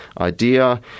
idea